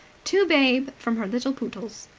to babe from her little pootles.